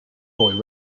boy